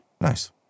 Nice